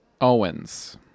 Owens